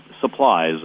supplies